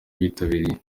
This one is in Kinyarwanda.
bitabiriye